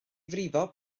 frifo